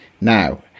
Now